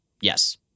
yes